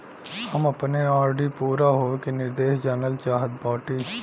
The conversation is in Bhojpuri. हम अपने आर.डी पूरा होवे के निर्देश जानल चाहत बाटी